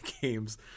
games